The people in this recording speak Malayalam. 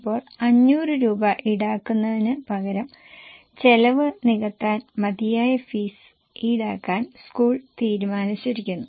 ഇപ്പോൾ 500 രൂപ ഈടാക്കുന്നതിന് പകരം ചെലവ് നികത്താൻ മതിയായ ഫീസ് ഈടാക്കാൻ സ്കൂൾ തീരുമാനിച്ചിരിക്കുന്നു